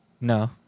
No